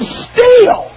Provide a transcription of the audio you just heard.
steel